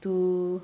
to